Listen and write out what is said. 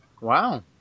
Wow